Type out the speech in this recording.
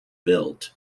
built